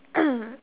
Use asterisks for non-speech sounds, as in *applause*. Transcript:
*coughs*